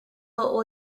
will